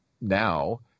now